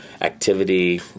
activity